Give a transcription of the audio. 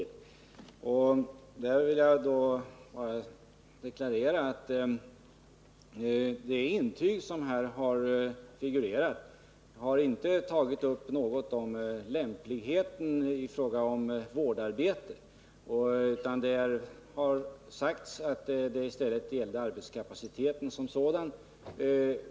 Jag vill bara deklarera att det intyg som har figurerat inte har tagit upp något om lämplighet i fråga om vårdarbete. Det gällde i stället arbetskapaciteten som sådan.